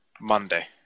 Monday